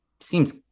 seems